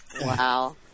Wow